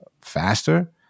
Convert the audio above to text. faster